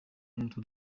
n’umutwe